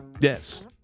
Yes